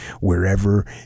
wherever